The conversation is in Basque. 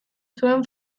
zuen